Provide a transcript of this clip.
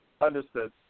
Understood